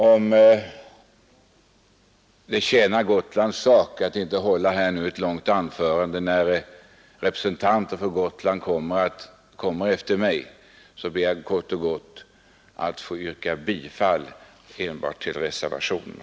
Som det tjänar Gotlands sak att inte hålla ett långt anförande nu när det följer representanter för Gotland efter mig på talarlistan, ber jag att kort och gott få yrka bifall till de övriga reservationerna.